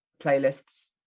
playlists